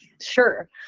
Sure